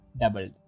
doubled